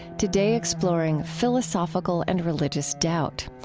today, exploring philosophical and religious doubt.